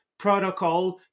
protocol